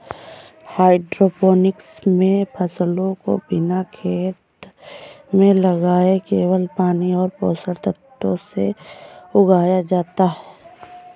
hydroponics मे फसलों को बिना खेत में लगाए केवल पानी और पोषक तत्वों से उगाया जाता है